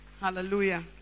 Hallelujah